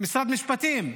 משרד משפטים,